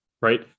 right